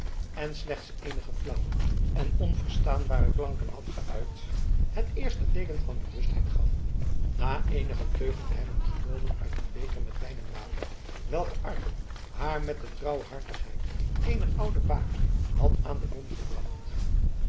en slechts eenige flauwe en onverstaanbare klanken had geuit het eerste teeken van bewustheid gaf na eenige teugen te hebben genomen uit een beker met wijn en water welken arkel haar met de trouwhartigheid eener oude baker had aan den mond gebracht